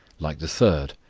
like the third,